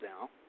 now